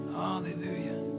hallelujah